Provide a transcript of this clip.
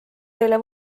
teile